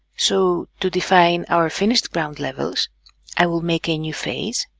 so to define our finished ground levels i will make a new phase